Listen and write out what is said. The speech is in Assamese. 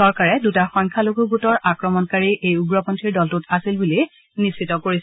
চৰকাৰে দুটা সংখ্যালঘূ গোটৰ আক্ৰমণকাৰী এই উগ্ৰপন্থীৰ দলটোত আছিল বুলি নিশ্চিত কৰিছে